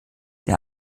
der